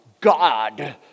God